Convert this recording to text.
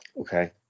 Okay